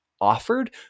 offered